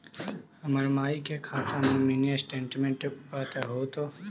हमर माई के खाता के मीनी स्टेटमेंट बतहु तो?